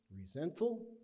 resentful